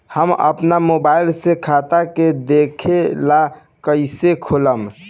हम आपन मोबाइल से खाता के देखेला कइसे खोलम?